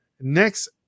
next